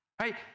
Right